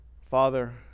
Father